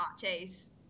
Chase